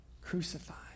crucified